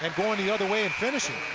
and going the other way and finishing.